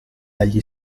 agli